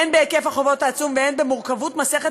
הן בהיקף החובות העצום והן במורכבות מסכת